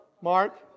Mark